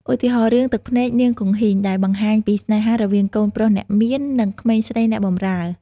ឧទាហរណ៍ រឿង ទឹកភ្នែកនាងគង្ហីង ដែលបង្ហាញពីស្នេហារវាងកូនប្រុសអ្នកមាន និងក្មេងស្រីអ្នកបម្រើ។